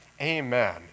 Amen